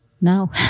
Now